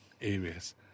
areas